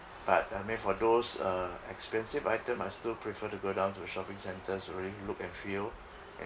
but I mean for those uh expensive item I still prefer to go down to shopping centres really look and feel and